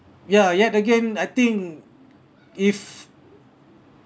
ya yet again I think if